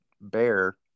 bear